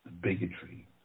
bigotry